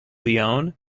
leon